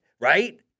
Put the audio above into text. right